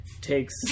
takes